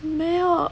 没有